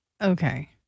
Okay